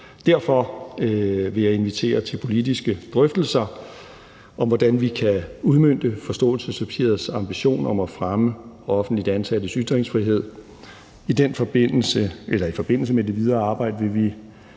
Derfor vil jeg invitere til politiske drøftelser om, hvordan vi kan udmønte forståelsespapirets ambition om at fremme offentligt ansattes ytringsfrihed. I forbindelse med det videre arbejde vil vi,